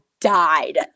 died